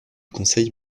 conseil